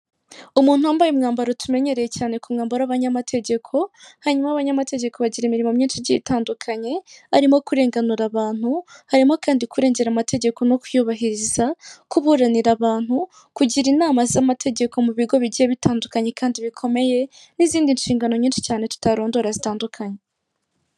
Umuntu wambaye umwambaro tumenyereye cyane ku mwambaro w'abanyamategeko, hanyuma abanyamategeko bagira imirimo myinshi igiye itandukanye harimo kurenganura abantu, harimo kandi kurengera amategeko no kwiyubahiriza, kuburanira abantu, kugira inama z'amategeko mu bigo bigiye bitandukanye kandi bikomeye n'izindi nshingano nyinshi cyane tutarondora zitandukanye.